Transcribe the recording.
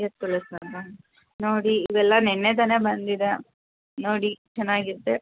ತೊಲೆ ಸಾಕಾ ನೋಡಿ ಇವೆಲ್ಲ ನೆನ್ನೆ ತಾನೆ ಬಂದಿದೆ ನೋಡಿ ಚೆನ್ನಾಗಿದೆ